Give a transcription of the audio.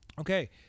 okay